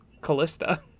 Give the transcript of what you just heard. Callista